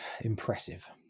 impressive